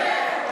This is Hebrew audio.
כן.